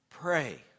Pray